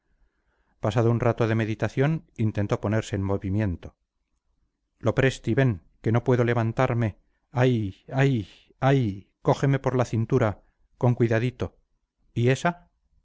pasado un rato de meditación intentó ponerse en movimiento lopresti ven que no puedo levantarme ay ay ay cógeme por la cintura con cuidadito y esa